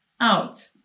Out